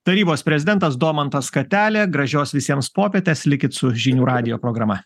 tarybos prezidentas domantas katelė gražios visiems popietės likit su žinių radijo programa